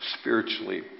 spiritually